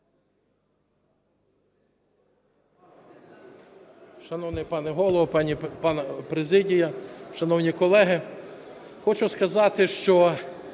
Шановний пане Голово, президія, шановні колеги! Хочу сказати, що,